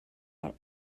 out